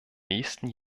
nächsten